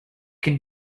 can